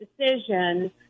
decision